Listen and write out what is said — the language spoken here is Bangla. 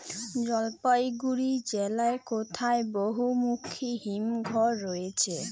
জলপাইগুড়ি জেলায় কোথায় বহুমুখী হিমঘর রয়েছে?